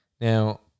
Now